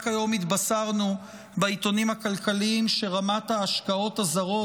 רק היום התבשרנו בעיתונים הכלכליים שרמת ההשקעות הזרות